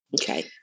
Okay